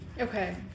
Okay